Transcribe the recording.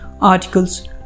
Articles